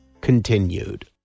continued